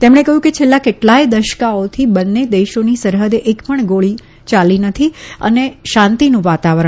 તેમણે કહ્યું કે છેલ્લા કેટલાય દશકાથી બંને દેશોની સરહદે એક પણ ગોળીબાર થયો નથી અને શાંતિનું વાતાવરણ છે